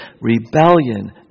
rebellion